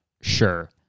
Sure